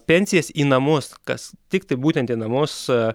pensijas į namus kas tiktai būtent į namus